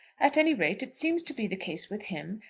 at any rate it seems to be the case with him,